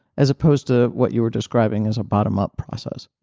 as opposed to what you were describing as a bottom up process.